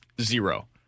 zero